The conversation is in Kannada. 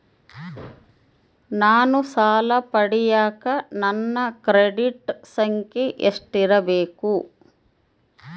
ನಾನು ಸಾಲ ಪಡಿಯಕ ನನ್ನ ಕ್ರೆಡಿಟ್ ಸಂಖ್ಯೆ ಎಷ್ಟಿರಬೇಕು?